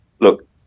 Look